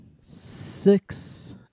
six